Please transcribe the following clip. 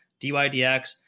DYDX